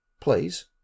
please